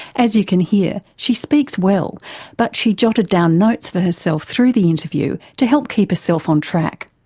as you can hear, she speaks well but she jotted down notes for herself through the interview to help keep herself on track.